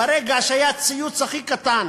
ברגע שהיה ציוץ הכי קטן